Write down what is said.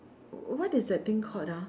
what what is that thing called ah